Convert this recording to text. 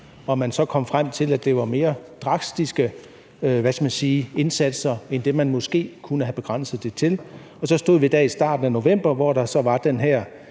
og man så kom frem til, at der skulle mere drastiske indsatser til end det, man måske kunne have begrænset det til. Og så stod vi der i starten af november, hvor der så var den her